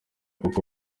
koko